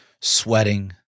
sweating